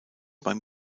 beim